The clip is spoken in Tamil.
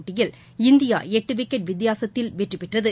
போட்டியில் இந்தியா எட்டு விக்கெட் வித்தியாசத்தில் வெற்றிபெற்றது